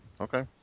Okay